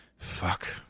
Fuck